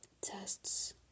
tests